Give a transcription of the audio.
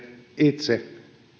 itse